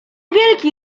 wielki